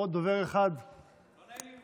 חברת הכנסת